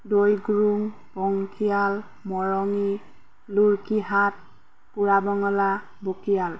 দৈগুৰুং বংকিয়াল মৰঙি লুৰ্কিহাট পুৰাবঙলা বকিয়াল